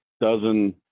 dozen